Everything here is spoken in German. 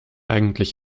eigentlich